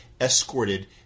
escorted